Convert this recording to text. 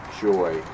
joy